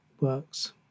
works